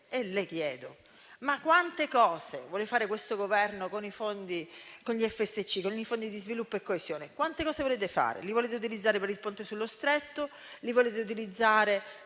e le chiedo: quante cose vuole fare questo Governo con i fondi di sviluppo e coesione (FSC)? Quante cose volete fare? Li volete utilizzare per il Ponte sullo Stretto. Li volete utilizzare